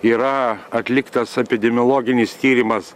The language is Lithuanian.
yra atliktas epidemiologinis tyrimas